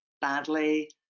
badly